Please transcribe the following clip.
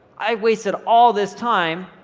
i have wasted all this time.